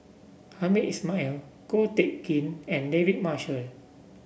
Hamed Ismail Ko Teck Kin and David Marshall